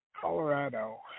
Colorado